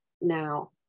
now